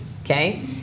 okay